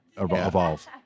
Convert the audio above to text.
evolve